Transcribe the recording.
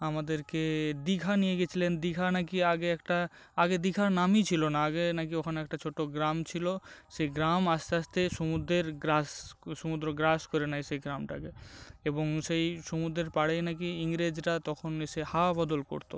আমাদেরকে দিঘা নিয়ে গিয়েছিলেন দিঘা নাকি আগে একটা আগে দিঘার নামই ছিল না আগে নাকি ওখানে একটা ছোটো গ্রাম ছিল সেই গ্রাম আস্তে আস্তে সমুদ্রের গ্রাস সমুদ্র গ্রাস করে নেয় সেই গ্রামটাকে এবং সেই সমুদ্রের পাড়ে নাকি ইংরেজরা তখন এসে হাওয়া বদল করত